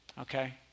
okay